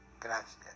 Gracias